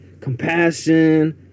compassion